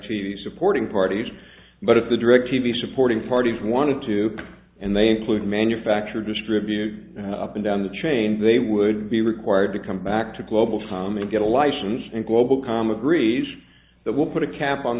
directly supporting parties but of the direct t v supporting parties wanted to and they include manufacture distribute up and down the chain they would be required to come back to global time and get a license and global com agrees that will put a cap on